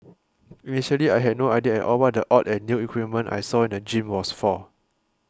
initially I had no idea at all what the odd and new equipment I saw in the gym was for